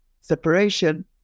separation